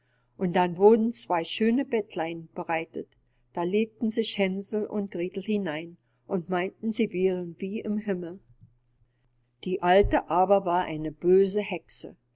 und dann wurden zwei schöne bettlein bereitet da legten sich hänsel und gretel hinein und meinten sie wären wie im himmel die alte aber war eine böse hexe